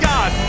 God